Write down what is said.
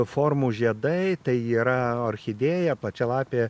formų žiedai tai yra orchidėja plačialapė